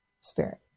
spirit